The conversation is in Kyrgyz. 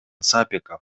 сапиков